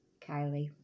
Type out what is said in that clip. Kylie